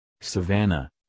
Savannah